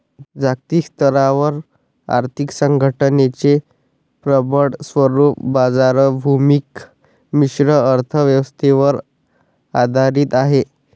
जागतिक स्तरावर आर्थिक संघटनेचे प्रबळ स्वरूप बाजाराभिमुख मिश्र अर्थ व्यवस्थेवर आधारित आहे